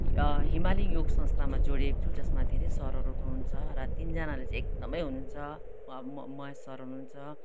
हिमाली योग संस्थामा जोडिएको छु जसमा धेरै सरहरू हुनुहुन्छ र तिनजनाले एकदमै हुनुहुन्छ महेस सर हुनुहुन्छ